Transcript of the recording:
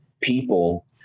people